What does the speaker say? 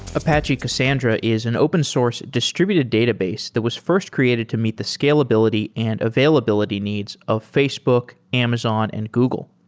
apache cassandra is an open source distributed database that was first created to meet the scalability and availability needs of facebook, amazon and google.